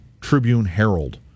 Tribune-Herald